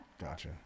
Gotcha